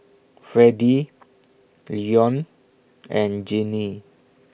Freddy Leone and Jeannine